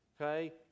Okay